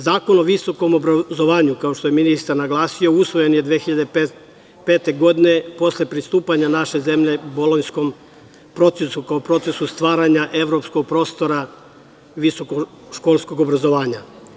Zakon o visokom obrazovanju, kao što je ministar naglasio, usvojen je 2005. godine, posle pristupanja naše zemlje Bolonjskom procesu, kao procesu stvaranja evropskog prostora visokoškolskog obrazovanja.